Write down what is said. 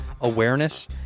awareness